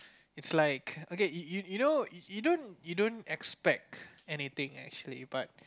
is like okay you you you know you don't you don't expect anything actually but